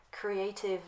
creative